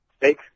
fake